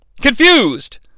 Confused